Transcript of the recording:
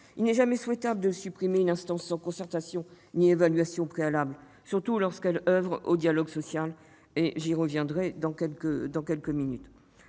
Il n'est jamais souhaitable de supprimer une instance sans concertation ni évaluation préalable, surtout lorsqu'elle oeuvre au dialogue social. J'y reviendrai dans quelques instants.